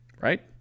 right